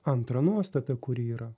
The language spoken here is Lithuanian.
antra nuostata kuri yra